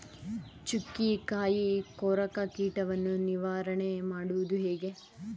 ಚುಕ್ಕಿಕಾಯಿ ಕೊರಕ ಕೀಟವನ್ನು ನಿವಾರಣೆ ಮಾಡುವುದು ಹೇಗೆ?